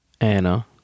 anna